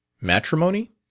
Matrimony